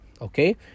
okay